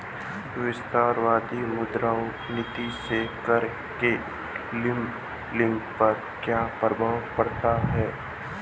विस्तारवादी मौद्रिक नीति से कर के लेबलिंग पर क्या प्रभाव पड़ता है?